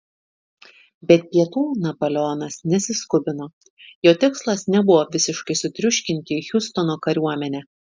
bet pietų napoleonas nesiskubino jo tikslas nebuvo visiškai sutriuškinti hiustono kariuomenę